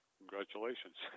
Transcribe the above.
congratulations